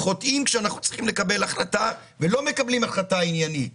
חוטאים כשאנחנו צריכים לקבל החלטה ולא מקבלים החלטה עניינית